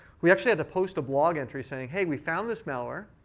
we actually had to post a blog entry saying, hey, we found this malware.